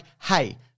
hey